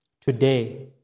Today